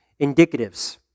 indicatives